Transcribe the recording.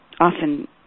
Often